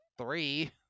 three